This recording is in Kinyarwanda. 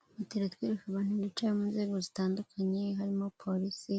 Iyi foto iratwereka abantu bicaye bo mu nzego zitandukanye harimo polosi